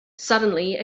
suddenly